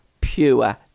pure